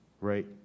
right